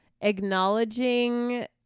acknowledging